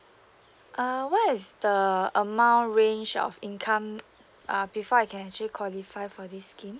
uh what is the amount range of income uh before I can actually qualify for this scheme